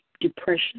depression